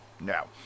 Now